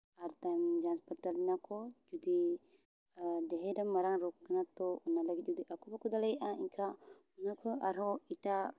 ᱟᱨ ᱛᱟᱭᱚᱢ ᱡᱟᱡᱽᱯᱟᱛᱟᱞ ᱤᱧᱟᱹ ᱠᱚ ᱡᱩᱫᱤ ᱰᱷᱮᱹᱨ ᱢᱟᱨᱟᱝ ᱨᱳᱜᱽ ᱠᱟᱱᱟ ᱛᱚ ᱚᱱᱟ ᱞᱟᱹᱜᱤᱫ ᱡᱩᱫᱤ ᱟᱠᱚ ᱵᱟᱠᱚ ᱫᱟᱮᱭᱟᱜᱼᱟ ᱮᱱᱠᱷᱟᱱ ᱚᱱᱟ ᱠᱷᱚᱱ ᱟᱨ ᱦᱚᱸ ᱮᱴᱟᱜ